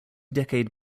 decade